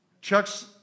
Chuck's